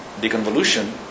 deconvolution